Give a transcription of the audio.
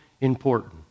important